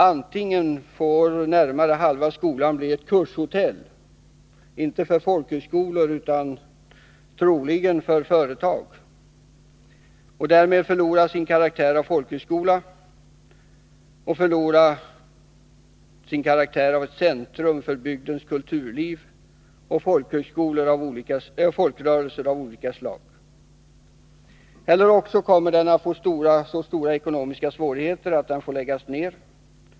Antingen får närmare halva skolan bli ett kurshotell — inte för folkhögskolor, utan troligen för företag — och därmed förlorar den sin karaktär av folkhögskola och sin karaktär av centrum för bygdens kulturliv och folkrörelser av olika slag. Eller också kommer den att få så stora ekonomiska svårigheter att den får läggas ned.